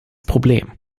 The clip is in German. problem